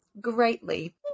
Greatly